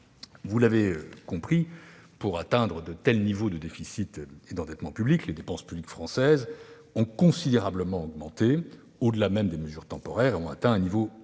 Vous l'aurez compris, pour atteindre de tels niveaux de déficit et d'endettement publics, les dépenses publiques françaises ont considérablement augmenté, au-delà même des mesures temporaires, et ont atteint un niveau nettement